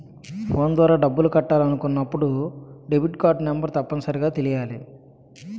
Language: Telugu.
ఫోన్ ద్వారా డబ్బులు కట్టాలి అనుకున్నప్పుడు డెబిట్కార్డ్ నెంబర్ తప్పనిసరిగా తెలియాలి